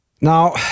Now